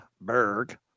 Berg